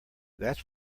that’s